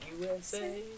USA